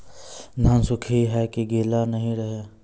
धान सुख ही है की गीला नहीं रहे?